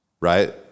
right